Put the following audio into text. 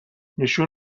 نشون